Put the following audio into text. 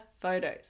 photos